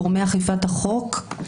גורמי אכיפת החוק,